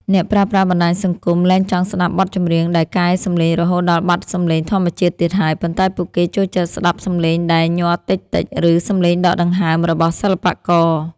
អ្នកប្រើប្រាស់បណ្តាញសង្គមលែងចង់ស្ដាប់បទចម្រៀងដែលកែសំឡេងរហូតដល់បាត់សម្លេងធម្មជាតិទៀតហើយ ប៉ុន្តែពួកគេចូលចិត្តស្ដាប់សម្លេងដែលញ័រតិចៗ ឬសម្លេងដកដង្ហើមរបស់សិល្បករ